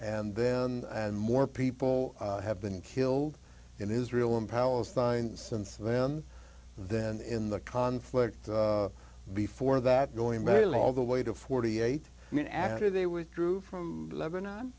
and then and more people have been killed in israel in palestine since then then in the conflict before that going mail all the way to forty eight i mean after they withdrew from lebanon